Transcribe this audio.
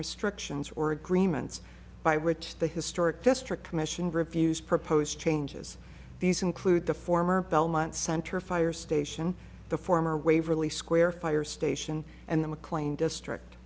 restrictions or agreements by which the historic district commission reviews proposed changes these include the former belmont center fire station the former waverly square fire station and the mclean district